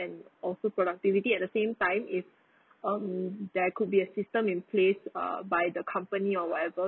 also productivity at the same time if um there could be a system in place uh by the company or whatever